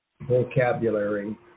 vocabulary